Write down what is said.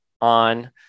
on